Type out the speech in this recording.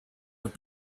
have